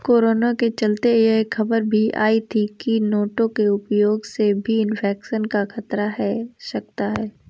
corona के चलते यह खबर भी आई थी की नोटों के उपयोग से भी इन्फेक्शन का खतरा है सकता है